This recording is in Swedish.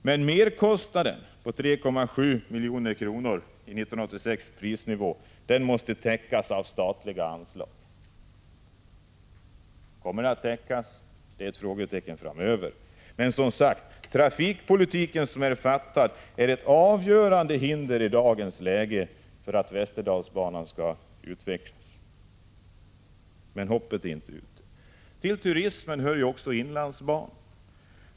Men merkostnaden på 3,7 milj.kr. i 1986 års prisnivå måste täckas av statliga anslag. Kommer detta att ske? Det är ett frågetecken. De trafikpolitiska beslut som fattats är ett avgörande hinder för en utveckling av Västerdalsbanan. Hoppet är dock inte ute. Till turismen hör också inlandsbanan.